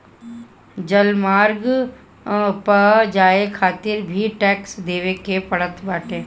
जलमार्ग पअ जाए खातिर भी टेक्स देवे के पड़त बाटे